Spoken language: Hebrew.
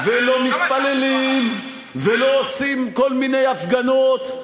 ולא מתפללים ולא עושים כל מיני הפגנות.